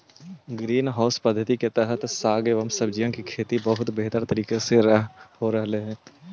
green house पद्धति के तहत साग एवं सब्जियों की खेती बहुत बेहतर तरीके से हो रहलइ हे